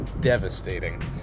devastating